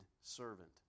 servant